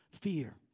fear